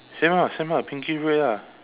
same lah same lah pinkish red lah